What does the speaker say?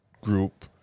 group